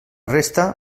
resta